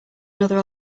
another